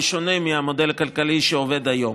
בשונה מהמודל הכלכלי שעובד היום.